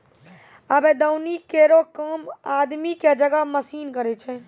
आबे दौनी केरो काम आदमी क जगह मसीन करै छै